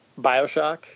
Bioshock